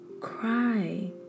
Cry